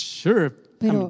sure